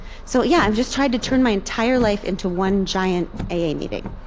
so yeah i've just tried to turn my entire life into one giant a a. meeting